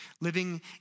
living